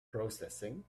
processing